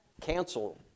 cancel